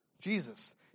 Jesus